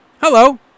Hello